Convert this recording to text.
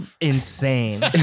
insane